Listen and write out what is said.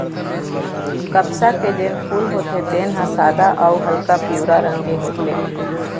कपसा के जेन फूल होथे तेन ह सादा अउ हल्का पीवरा रंग के होथे